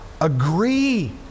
agree